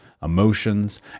emotions